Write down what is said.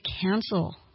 cancel